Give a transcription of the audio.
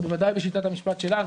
ובוודאי בשיטת המשפט שלנו,